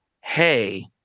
hey